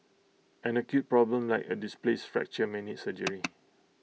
an acute problem like A displaced fracture may need surgery